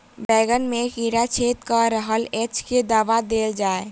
बैंगन मे कीड़ा छेद कऽ रहल एछ केँ दवा देल जाएँ?